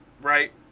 Right